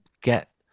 get